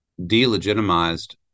delegitimized